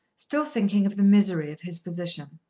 still thinking of the misery of his position.